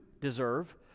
deserve